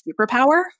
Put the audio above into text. superpower